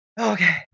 okay